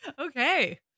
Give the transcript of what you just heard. Okay